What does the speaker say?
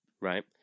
Right